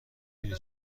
بینی